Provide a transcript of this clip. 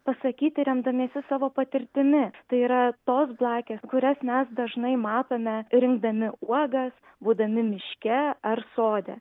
pasakyti remdamiesi savo patirtimi tai yra tos blakės kurias mes dažnai matome rinkdami uogas būdami miške ar sode